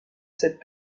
cette